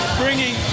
bringing